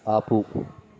ఆపు